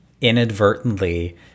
inadvertently